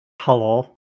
Hello